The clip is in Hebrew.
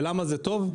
ולמה זה טוב?